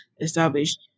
established